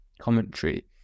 commentary